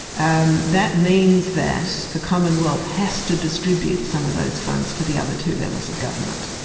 and that means that the commonwealth has to distribute some of those funds to the other two levels of government,